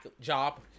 job